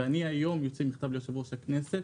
היום אוציא מכתב ליושב-ראש הכנסת,